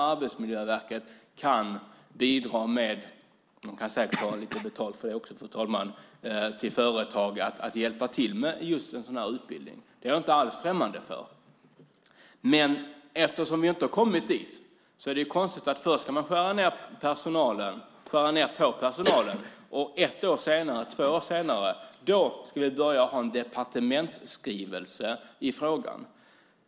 Arbetsmiljöverket kan bidra med att hjälpa företagen - de kan säkert ta lite betalt för det också, fru talman - att ordna just en sådan utbildning. Det är jag inte alls främmande för. Men eftersom vi inte har kommit dit är det konstigt att man först ska skära ned på personalen och två år senare komma med en departementsskrivelse i frågan.